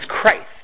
Christ